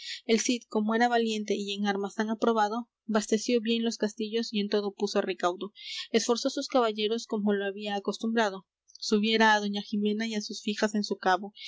cid como era valiente y en armas tan aprobado basteció bien los castillos y en todo puso recaudo esforzó sus caballeros como lo había acostumbrado subiera á doña jimena y á sus fijas en su cabo